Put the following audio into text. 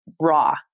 raw